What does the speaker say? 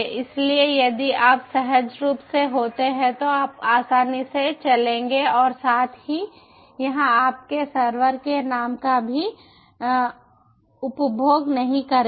इसलिए यदि आप सहज रूप से होते हैं तो आप आसानी से चलेंगे और साथ ही यह आपके सर्वर के नाम का भी उपभोग नहीं करेगा